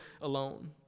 alone